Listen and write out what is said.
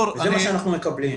זה מה שאנחנו מקבלים.